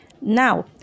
Now